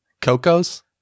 coco's